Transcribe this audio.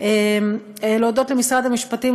להודות למשרד המשפטים,